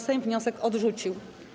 Sejm wniosek odrzucił.